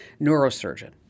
neurosurgeon